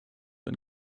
und